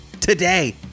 today